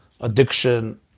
addiction